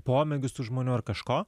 pomėgius tų žmonių ar kažko